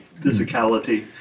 physicality